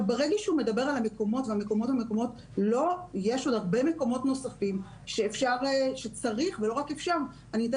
ברגע שהוא מדבר על מקומות יש עוד המון מקומות נוספים שצריך להכליל.